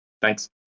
thanks